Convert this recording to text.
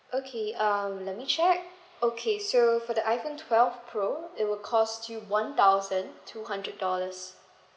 okay uh let me check okay so for the iphone twelve pro it will cost you one thousand two hundred dollars